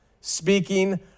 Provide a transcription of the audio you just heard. speaking